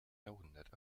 jahrhundert